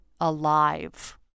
alive